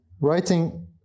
Writing